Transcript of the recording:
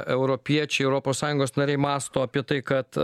europiečiai europos sąjungos nariai mąsto apie tai kad